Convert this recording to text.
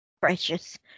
precious